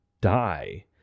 die